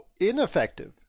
ineffective